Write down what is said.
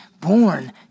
born